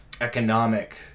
economic